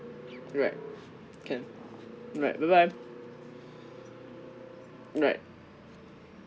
alright can alright bye bye alright